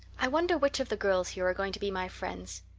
i wonder which of the girls here are going to be my friends.